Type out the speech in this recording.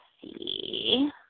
see